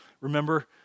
Remember